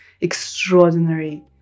extraordinary